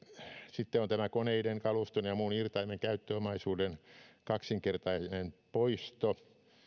sitten on tämä koneiden kaluston ja muun irtaimen käyttöomaisuuden kaksinkertainen poisto